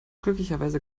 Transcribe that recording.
glücklicherweise